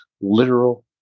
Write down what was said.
literal